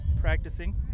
practicing